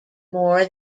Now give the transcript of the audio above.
more